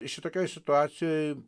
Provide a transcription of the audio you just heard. šitokioj situacijoj